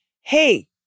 hey